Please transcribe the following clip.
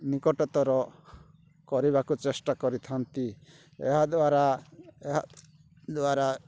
ନିକଟତର କରିବାକୁ ଚେଷ୍ଟା କରିଥାଆନ୍ତି ଏହା ଦ୍ୱାରା ଏହା ଦ୍ୱାରା